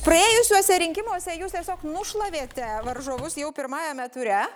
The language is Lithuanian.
praėjusiuose rinkimuose jūs tiesiog nušlavėte varžovus jau pirmajame ture